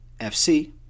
FC